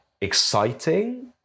exciting